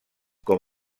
com